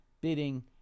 bidding